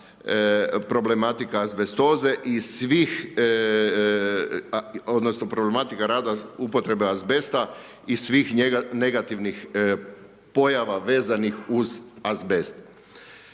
problematika rada upotrebe azbesta i svih negativnih pojava vezanih uz azbest.